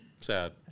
Sad